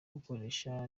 gukoresha